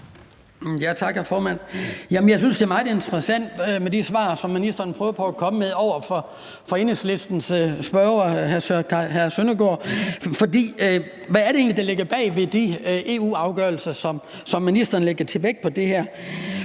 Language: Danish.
Jeg synes, at det er meget interessant med de svar, ministeren prøver at komme med til Enhedslistens spørger, hr. Søren Søndergaard. For hvad er det egentlig, der ligger bag de EU-afgørelser, som ministeren lægger til grund for det her?